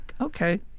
okay